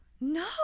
No